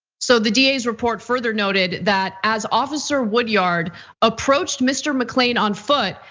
so the da's report further noted that as officer woodyard approached mr. mcclain on foot,